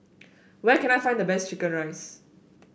where can I find the best chicken rice